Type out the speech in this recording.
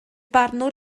barnwr